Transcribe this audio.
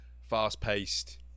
fast-paced